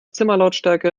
zimmerlautstärke